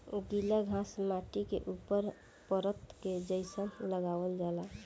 गिला घास माटी के ऊपर परत के जइसन लगावल जाला